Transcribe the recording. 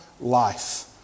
life